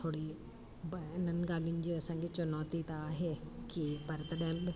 थोरी इन्हनि ॻाल्हियुनि जी असांखे चुनौती त आहे की पर तॾहिं बि